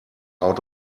out